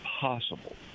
possible